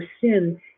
sin